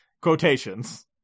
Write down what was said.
quotations